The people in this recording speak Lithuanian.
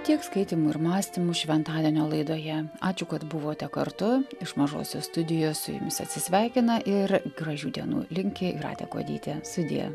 tiek skaitymų ir mąstymų šventadienio laidoje ačiū kad buvote kartu iš mažosios studijos su jumis atsisveikina ir gražių dienų linki jūratė kuodytė sudie